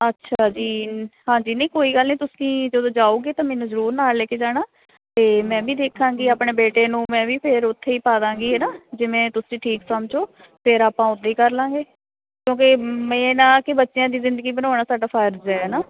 ਅੱਛਾ ਜੀ ਹਾਂਜੀ ਨਹੀਂ ਕੋਈ ਗੱਲ ਨਹੀਂ ਤੁਸੀਂ ਜਦੋਂ ਜਾਓਗੇ ਤਾਂ ਮੈਨੂੰ ਜ਼ਰੂਰ ਨਾਲ ਲੈ ਕੇ ਜਾਣਾ ਅਤੇ ਮੈਂ ਵੀ ਦੇਖਾਂਗੀ ਆਪਣੇ ਬੇਟੇ ਨੂੰ ਮੈਂ ਵੀ ਫਿਰ ਉੱਥੇ ਹੀ ਪਾ ਦਵਾਂਗੀ ਹੈ ਨਾ ਜਿਵੇਂ ਤੁਸੀਂ ਠੀਕ ਸਮਝੋ ਫਿਰ ਆਪਾਂ ਉਦਾਂ ਹੀ ਕਰ ਲਵਾਂਗੇ ਕਿਉਂਕਿ ਮੇਨ ਆ ਕਿ ਬੱਚਿਆਂ ਦੀ ਜ਼ਿੰਦਗੀ ਬਣਾਉਣਾ ਸਾਡਾ ਫਰਜ਼ ਹੈ